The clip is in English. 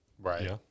Right